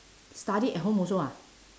study at home also ah